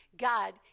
God